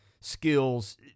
skills